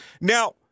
Now